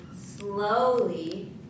slowly